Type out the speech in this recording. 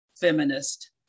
feminist